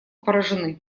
поражены